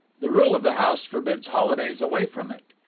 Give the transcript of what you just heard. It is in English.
the rule of the house forbids holidays away from it.